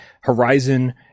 Horizon